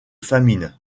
famine